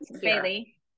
Bailey